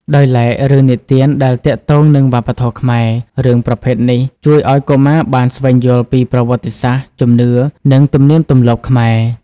ដោយឡែករឿងនិទានដែលទាក់ទងនឹងវប្បធម៌ខ្មែរ រឿងប្រភេទនេះ ជួយឱ្យកុមារបានស្វែងយល់ពីប្រវត្តិសាស្ត្រ ជំនឿ និងទំនៀមទម្លាប់ខ្មែរ។